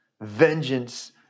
Vengeance